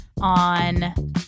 on